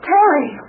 Terry